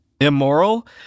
Immoral